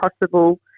possible